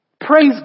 Praise